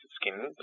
skin